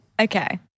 Okay